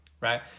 right